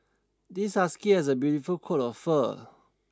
this husky has a beautiful coat of fur